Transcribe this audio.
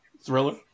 Thriller